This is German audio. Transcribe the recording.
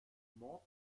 mord